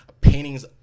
paintings